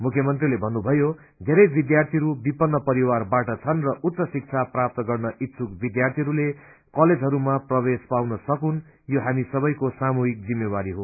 मुख्यमन्त्रीले भन्नुभयो धेरै विध्यार्थीहरू विपन्न परिवारबाट छन् र उच्च शिक्षा प्राप्त गर्न इच्छुक विध्यार्थीहरूले कलेजहरूमा प्रवेश पाउन सकुन् यो हामी सबैको सामूहिक जिम्मेवारी हो